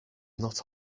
not